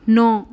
ਨੌ